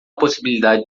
possibilidade